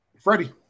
Freddie